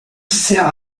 sert